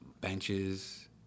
benches